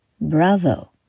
Bravo